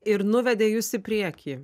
ir nuvedė jus į priekį